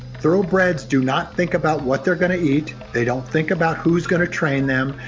thoroughbreds do not think about what they're going to eat. they don't think about who's going to train them.